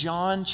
John